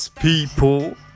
People